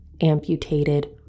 amputated